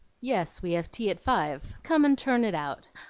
yes, we have tea at five come and turn it out.